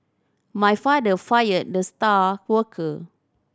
my father fired the star worker